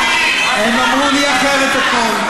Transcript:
הם אמרו לי אחרת אתמול.